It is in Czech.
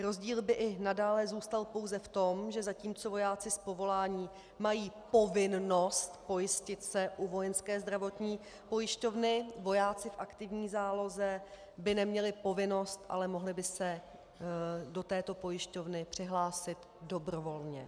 Rozdíl by i nadále zůstal pouze v tom, že zatímco vojáci z povolání mají povinnost pojistit se u Vojenské zdravotní pojišťovny, vojáci v aktivní záloze by neměli povinnost, ale mohli by se do této pojišťovny přihlásit dobrovolně.